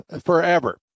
forever